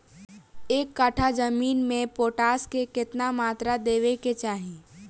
एक कट्ठा जमीन में पोटास के केतना मात्रा देवे के चाही?